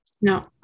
No